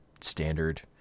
standard